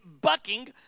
bucking